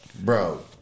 bro